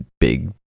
big